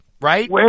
right